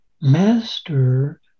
master